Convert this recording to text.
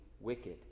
wicked